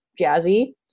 jazzy